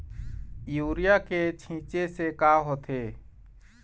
Urea के छींचे से का होथे?